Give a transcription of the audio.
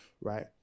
right